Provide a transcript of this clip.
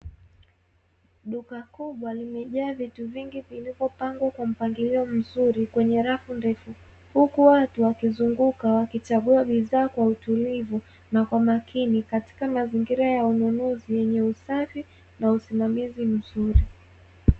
Duka kubwa limejaa vitu vingi vilivyopangwa kwa mpangilio mzuri kwenye rafu ndefu, huku watu wakizunguka, wakichagua bidhaa kwa utulivu na kwa makini katika mazingira ya ununuzi yenye usafi na usimamizi mzuri.